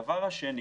הדבר השני